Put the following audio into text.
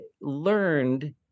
learned